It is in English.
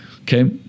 Okay